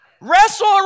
Wrestle